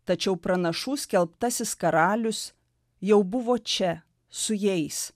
tačiau pranašų skelbtasis karalius jau buvo čia su jais